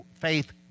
Faith